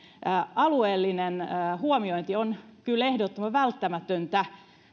alueellinen huomiointi on kyllä ehdottoman välttämätöntä